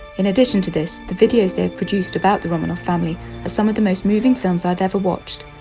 in addition to this the videos they've produced about the romanov family are some of the most moving films i've ever watched.